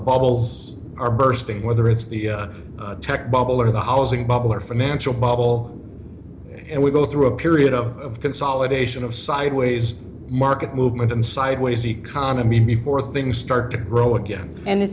bubbles are bursting whether it's the tech bubble or the housing bubble or financial bubble and we go through a period of consolidation of sideways market movement and sideways economy before things start to grow again and the